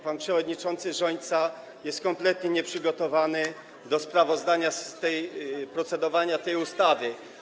Pan przewodniczący Rzońca jest kompletnie nieprzygotowany do sprawozdania z procedowania tej ustawy.